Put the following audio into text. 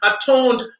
atoned